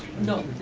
no,